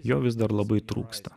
jo vis dar labai trūksta